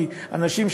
כי אנשים,